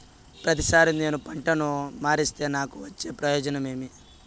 ప్రతిసారి నేను పంటను మారిస్తే నాకు వచ్చే ప్రయోజనం ఏమి?